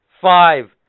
Five